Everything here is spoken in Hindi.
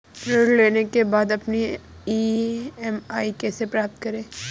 ऋण लेने के बाद अपनी ई.एम.आई कैसे पता करें?